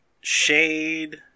shade